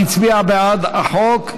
היא הצביעה בעד החוק.